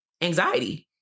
anxiety